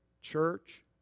church